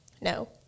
No